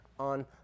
on